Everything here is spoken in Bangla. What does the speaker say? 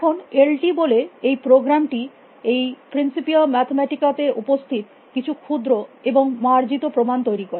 এখন এল টি বলে এই প্রোগ্রামটি এই প্রিন্সিপিয়া মাথেমেটিকা তে উপস্থিত কিছু ক্ষুদ্র এবং মার্জিত প্রমাণ তৈরী করে